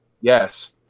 Yes